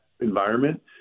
environment